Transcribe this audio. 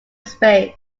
space